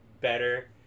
better